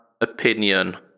opinion